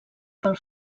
pel